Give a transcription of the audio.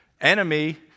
Enemy